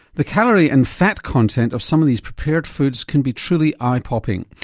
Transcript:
the calorie and fat content of some of these prepared foods can be truly eye popping,